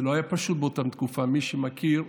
זה לא היה פשוט באותה תקופה, מי שמכיר.